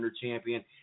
champion